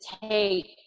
take